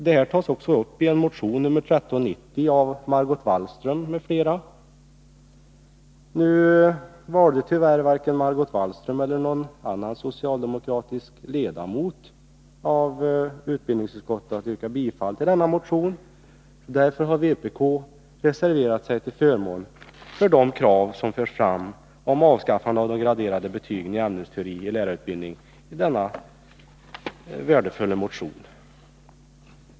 Detta tas också uppi motion nr 1390 av Margot Wallström m.fl. Tyvärr valde varken Margot Wallström eller någon av de socialdemokratiska ledamöterna i utbildningsutskottet att yrka bifall till denna motion. Vpk har därför reserverat sig till förmån för det krav om avskaffande av de graderade betygen i ämnesteori i lärarutbildningen som förs fram i denna värdefulla motion.